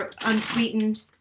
unsweetened